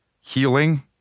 healing